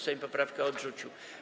Sejm poprawkę odrzucił.